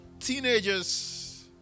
teenagers